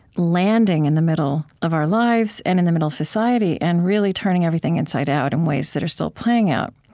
landing in the middle of our lives, and in the middle of society, and really turning everything inside out in ways that are still playing out.